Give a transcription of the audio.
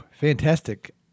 fantastic